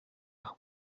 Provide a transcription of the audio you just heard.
faire